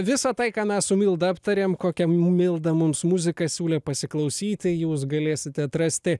visą tai ką mes su milda aptarėm kokiam milda mums muzika siūlė pasiklausyti jūs galėsite atrasti